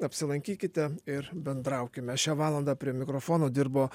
apsilankykite ir bendraukime šią valandą prie mikrofono dirbo